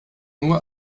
nur